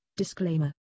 Disclaimer